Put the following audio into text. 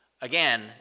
again